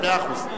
מאה אחוז.